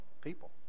people